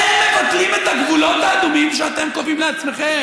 אתם מבטלים את הגבולות האדומים שאתם קובעים לעצמכם.